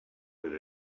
with